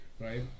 right